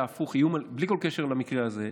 בלי כל קשר למקרה הזה,